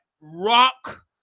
rock